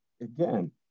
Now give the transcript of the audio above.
Again